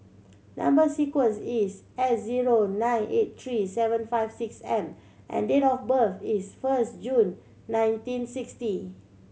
number sequence is S zero nine eight three seven five six M and date of birth is first June nineteen sixty